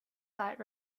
cite